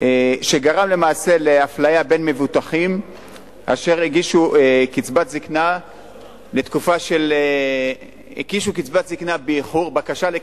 שגרם למעשה לאפליה בין מבוטחים אשר הגישו בקשה לקצבת זיקנה באיחור.